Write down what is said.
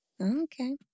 Okay